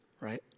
right